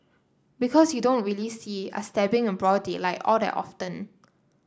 because you don't really see a stabbing in broad daylight all that often